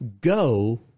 go